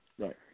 Right